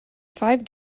five